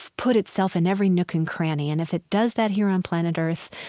put itself in every nook and cranny. and if it does that here on planet earth,